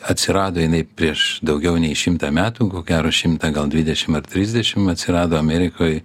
atsirado jinai prieš daugiau nei šimtą metų ko gero šimtą gal dvidešim ar trisdešim atsirado amerikoj